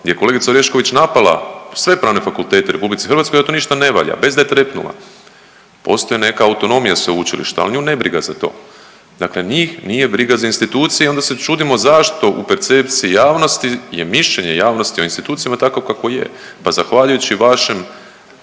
gdje je kolegica Orešković napala sve pravne fakultete u RH da to ništa ne valja bez da je trepnula. Postoji neka autonomija sveučilišta, al nju ne briga za to. Dakle njih nije briga za institucije i onda se čudimo zašto u percepciji javnosti je mišljenje javnosti o institucija takvo kakvo je. Pa zahvaljujući vašem